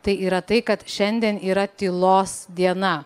tai yra tai kad šiandien yra tylos diena